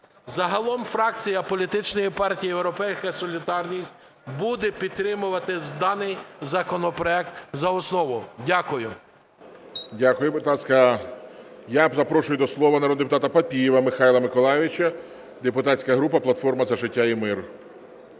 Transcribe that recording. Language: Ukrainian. Загалом фракція політичної партії "Європейська солідарність" буде підтримувати даний законопроект за основу. Дякую. ГОЛОВУЮЧИЙ. Дякуємо. Будь ласка, я запрошую до слова народного депутата Папієва Михайла Миколайович, депутатська група "Платформа за життя та мир".